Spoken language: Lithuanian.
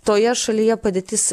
toje šalyje padėtis